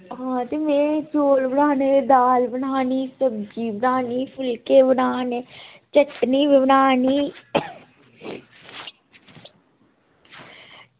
आं ते में चौल बनाने हे ते दाल बनानी सब्ज़ी बनानी फुलकै बनाने चटनी बनानी